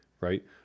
right